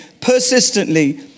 persistently